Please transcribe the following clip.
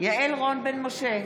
יעל רון בן משה,